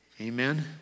Amen